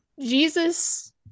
Jesus